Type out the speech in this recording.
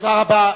תודה רבה.